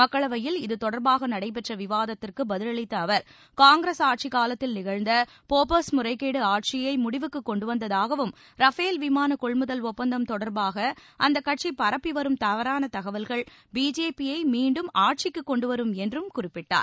மக்களவையில் இதுதொடர்பாக நடைபெற்ற விவாதத்திற்கு பதிலளித்த அவர் காங்கிரஸ் ஆட்சிக்காலத்தில் நிகழ்ந்த போஃபர்ஸ் முறைகேடு ஆட்சியை முடிவுக்கு கொண்டுவந்ததாகவும் ரஃபேல் விமான கொள்முதல் ஒப்பந்தம் தொடர்பாக அந்த கட்சி பரப்பிவரும் தவறான தகவல்கள் பிஜேபியை மீண்டும் ஆட்சிக்கு கொண்டு வரும் என்றும் குறிப்பிட்டார்